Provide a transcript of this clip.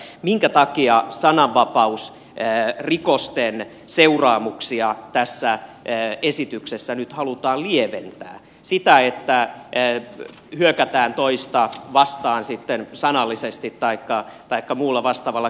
minkä takia sananvapausrikosten seuraamuksia tässä esityksessä nyt halutaan lieventää sitä että hyökätään toista vastaan sitten sanallisesti taikka muulla vastaavalla keinolla